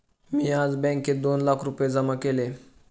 मी आज बँकेत दोन लाख रुपये जमा केले